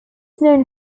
known